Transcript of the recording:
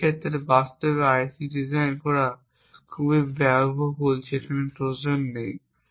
বা সেই ক্ষেত্রে বাস্তবে আইসি ডিজাইন করা খুব ব্যয়বহুল যেখানে ট্রোজান নেই